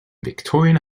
victorian